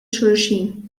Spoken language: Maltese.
xulxin